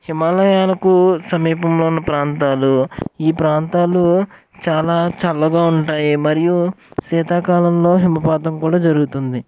హిమాలయాలకు సమీపంలో ఉన్న ప్రాంతాలు ఈ ప్రాంతాలు చాలా చల్లగా ఉంటాయి మరియు శీతాకాలంలో హిమపాతం కూడా జరుగుతుంది